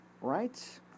right